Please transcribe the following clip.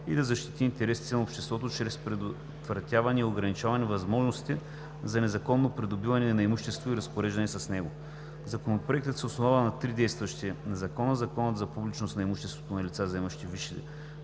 и да защити интересите на обществото чрез предотвратяване и ограничаване на възможностите за незаконно придобиване на имущество и разпореждането с него. Законопроектът се основава на три действащи закона – Закона за публичност на имуществото на лица, заемащи висши